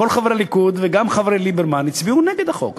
כל חברי הליכוד וגם חברי ליברמן הצביעו נגד החוק,